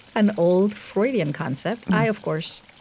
an old freudian concept. i, of course,